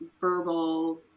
verbal